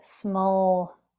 small